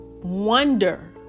wonder